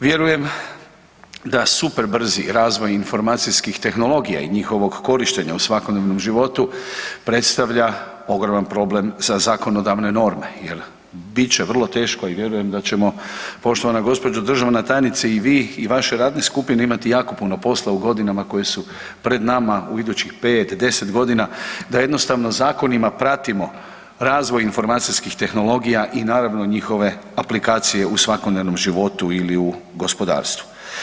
Vjerujem da super brzi razvoj informacijskih tehnologija i njihovog korištenja u svakodnevnom životu predstavlja ogroman problem sa zakonodavne norme jer bit će vrlo teško i vjerujem da ćemo, poštovana gđo. državna tajnice i vi i vaše radne skupine imati jako puno posla u godinama koje su pred nama u idućih 5, 10 godina, da jednostavno zakonima pratimo razvoj informacijskih tehnologija i naravno, njihove aplikacije u svakodnevnom životu ili u gospodarstvu.